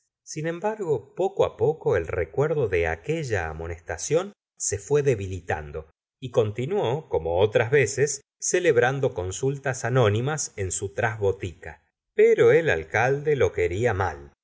sin embargo poco á poco el recuerdo de aquella amonestación se fué debilitando y continué como otras veces celebrando consultas anónimas en su trasbotica pero el alcalde lo quería mal